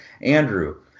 Andrew